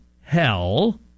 hell